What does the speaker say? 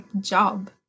job